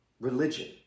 Religion